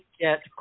get